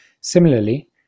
Similarly